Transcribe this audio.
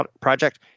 project